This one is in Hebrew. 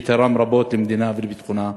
שתרם רבות למדינה ולביטחונה.